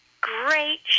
great